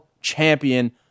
champion